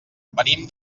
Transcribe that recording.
venim